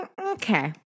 okay